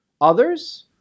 Others